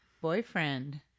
boyfriend